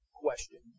Question